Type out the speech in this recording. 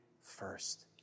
first